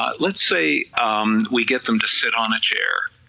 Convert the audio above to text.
ah let's say we get them to sit on a chair,